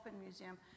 Museum